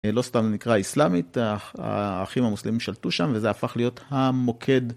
לא סתם נקרא איסלאמית האחים המוסלמים שלטו שם וזה הפך להיות המוקד.